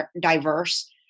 diverse